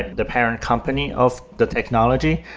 the parent company of the technology.